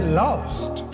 lost